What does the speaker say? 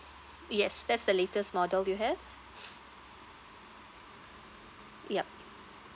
yes that's the latest model do you have yup